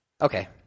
Okay